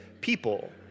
people